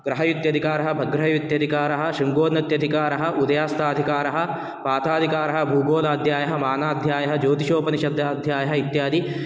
ग्रहयुत्यधिकारः भग्रहयुत्यधिकारः शृङ्गोन्नत्यधिकारः उदयास्ताधिकारः पाताधिकारः भूगोलाध्यायः मानाध्यायः ज्योतिषोपनिषदध्यायः इत्यादि